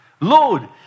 Lord